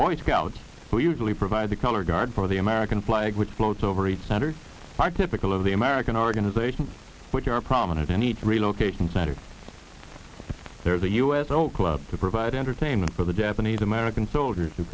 boy scouts who usually provide the color guard for the american flag which float over eight centers are typical of the american organizations which are prominent in each relocation center there's a u s o club to provide entertainment for the japanese american soldiers who